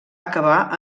acabar